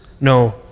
no